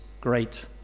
great